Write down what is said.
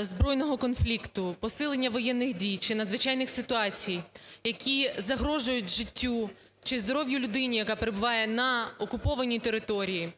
збройного конфлікту, посилення воєнних дій, чи надзвичайних ситуацій, які загрожують життю, чи здоров'ю людині, яка перебуває на окупованій території.